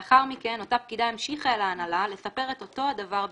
לאחר מכן אותה פקידה המשיכה להנהלה לספר את אותו הדבר בדיוק,